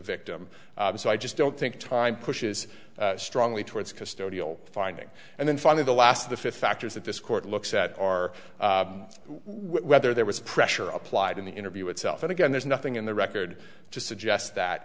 victim so i just don't think time pushes strongly towards custodial finding and then finally the last of the fifth factors that this court looks at are whether there was pressure applied in the interview itself and again there's nothing in the record to suggest that